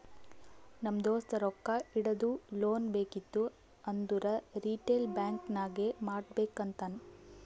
ನಮ್ ದೋಸ್ತ ರೊಕ್ಕಾ ಇಡದು, ಲೋನ್ ಬೇಕಿತ್ತು ಅಂದುರ್ ರಿಟೇಲ್ ಬ್ಯಾಂಕ್ ನಾಗೆ ಮಾಡ್ಬೇಕ್ ಅಂತಾನ್